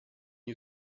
you